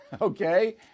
Okay